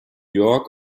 york